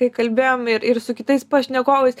kai kalbėjom ir ir su kitais pašnekovais